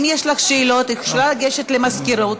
אם יש לך שאלות את יכולה לגשת למזכירות,